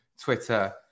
twitter